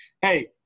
hey –